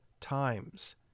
times